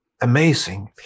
amazing